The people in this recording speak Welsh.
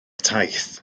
taith